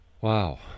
Wow